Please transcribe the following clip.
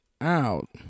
out